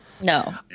No